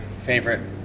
favorite